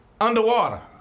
Underwater